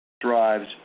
drives